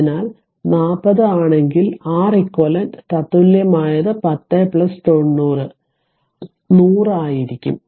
അതിനാൽ 40 ആണെങ്കിൽ R eq തത്തുല്യമായത് 10 90 അതിനാൽ 100 ആയിരിക്കും